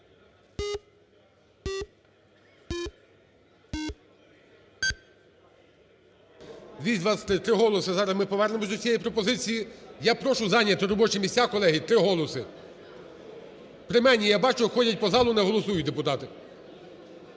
За-223 Три голоси. Зараз ми повернемось до цієї пропозиції. Я прошу зайняти робочі місця, колеги, три голоси. При мені, я бачу, ходять по залу і не голосують депутати.